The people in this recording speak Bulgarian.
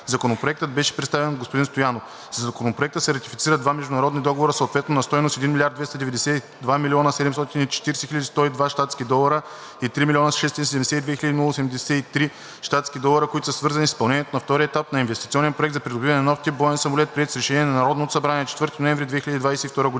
Законопроектът беше представен от господин Стоянов. Със Законопроекта се ратифицират два международни договора, съответно на стойност 1 млрд. 292 млн. 740 хил. 102 щатски долара и 3 млн. 672 хил. 83 щатски долара, които са свързани с изпълнението на втория етап на инвестиционен проект за „Придобиване на нов тип боен самолет“, приет с решение на Народното събрание на 4 ноември 2022 г.